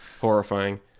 horrifying